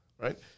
right